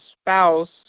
spouse